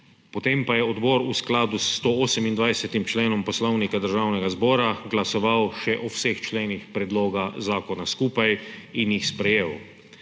Potem pa je odbor v skladu s 128. členom Poslovnika Državnega zbora glasoval še o vseh členih predloga zakona skupaj in jih sprejel.